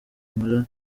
nkora